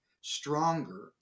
stronger